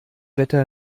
wetter